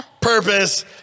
purpose